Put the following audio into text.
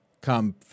come